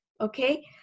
okay